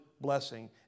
blessing